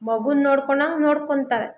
ಮಗುನ ನೋಡ್ಕೊಳ್ಳೋಂಗೆ ನೋಡ್ಕೊಳ್ತಾರೆ